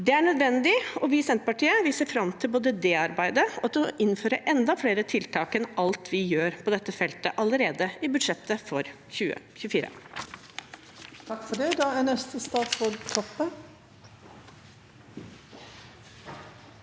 Det er nødvendig, og vi i Senterpartiet ser fram til både det arbeidet og å innføre enda flere tiltak enn alt vi allerede gjør på dette feltet i budsjettet for 2024.